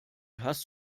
hast